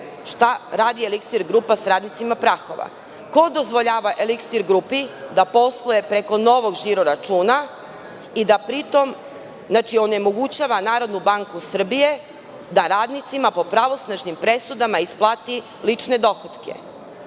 šta radi „Eliksir grupa“ sa radnicima Prahova? Ko dozvoljava „Eliksir grupi“ da posluje preko novog žiro računa i da pri tom onemogućava NBS da radnicima po pravosnažnim presudama isplati lične dohotke?